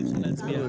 להצביע.